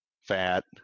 fat